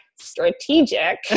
strategic